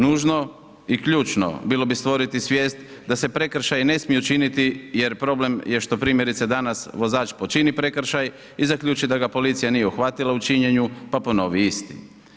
Nužno i ključno bilo bi stvoriti svijest da se prekršaji ne smiju činiti jer problem je što primjerice danas počini prekršaj i zaključi da ga policija nije uhvatila u činjenju pa ponovi isti.